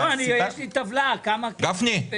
לא ייסעו בשבת תהיה פחות פליטה של פחמן.